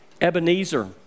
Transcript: Ebenezer